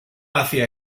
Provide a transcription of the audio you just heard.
hacia